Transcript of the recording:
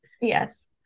Yes